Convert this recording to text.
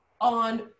on